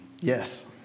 Yes